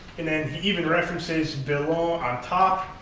and then he even references belon on top.